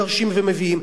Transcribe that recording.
מגרשים ומביאים.